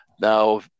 Now